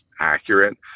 accurate